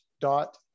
dot